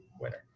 winner